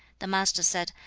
the master said,